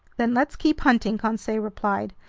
then let's keep hunting, conseil replied,